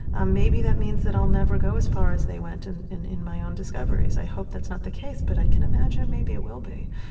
ah maybe that means that i'll never go as far as they went in in my own discoveries. i hope that's not the case, but i can imagine maybe it will be.